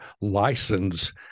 license